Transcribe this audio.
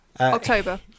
October